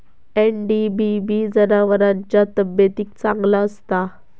NDBB जनावरांच्या तब्येतीक चांगला असता